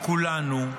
על כולנו,